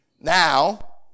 Now